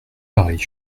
pareille